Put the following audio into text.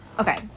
okay